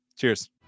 Cheers